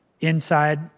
inside